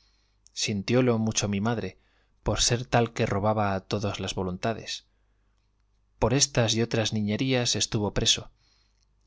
cárcel sintiólo mucho mi madre por ser tal que robaba a todos las voluntades por estas y otras niñerías estuvo preso